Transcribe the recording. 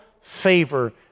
favor